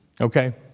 okay